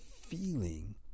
feeling